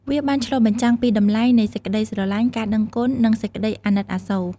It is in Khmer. វាបានឆ្លុះបញ្ចាំងពីតម្លៃនៃសេចក្តីស្រឡាញ់ ការដឹងគុណ និងសេចក្តីអាណិតអាសូរ។